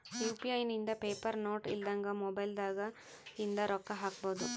UPI ಇಂದ paper note ಇಲ್ದಂಗ mobile ದಾಗ ಇಂದ ರೊಕ್ಕ ಹಕ್ಬೊದು